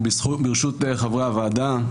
ברשות חברי הוועדה,